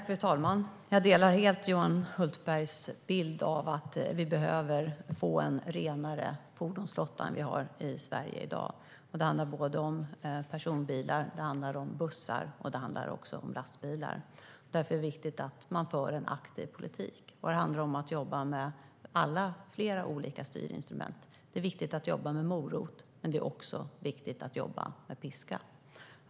Fru talman! Jag delar helt Johan Hultbergs bild att vi behöver få en renare fordonsflotta än vad vi har i Sverige i dag. Det handlar om personbilar, det handlar om bussar och det handlar också om lastbilar. Därför är det viktigt att man för en aktiv politik. Och det handlar om att jobba med flera olika styrinstrument. Det är viktigt att jobba med morot, men det är också viktigt att jobba med piska.